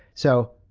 so,